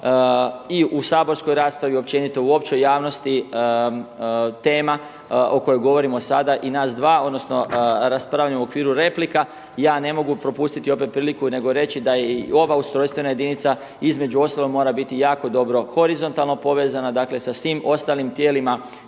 i u saborskoj raspravi i općenito u općoj javnosti tema o kojoj govorimo sada i nas dva odnosno raspravljamo u okviru replika, ja ne mogu propustiti opet priliku nego reći da je i ova ustrojstvena jedinica između ostalog mora biti jako dobro horizontalno povezana, dakle sa svim ostalim tijelima